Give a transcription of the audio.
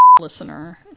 Listener